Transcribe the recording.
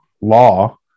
law